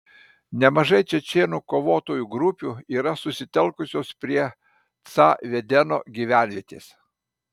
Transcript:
nemažai čečėnų kovotojų grupių yra susitelkusios prie ca vedeno gyvenvietės